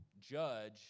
judge